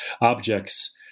objects